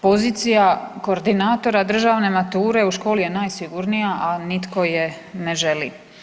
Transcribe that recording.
Pozicija koordinatora državne mature u školi je najsigurnija a nitko je ne želi.